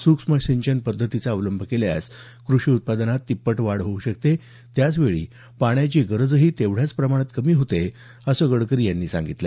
सूक्ष्म सिंचन पद्धतीचा अवलंब केल्यास क्रषी उत्पादनात तिप्पट वाढ होऊ शकते त्याच वेळी पाण्याची गरजही तेवढ्याच प्रमाणात कमी होते असं गडकरी यांनी सांगितलं